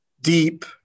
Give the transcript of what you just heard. deep